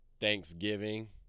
Thanksgiving